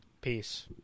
Peace